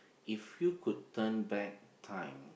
if you could turn back time